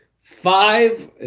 five